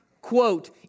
quote